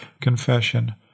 confession